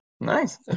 Nice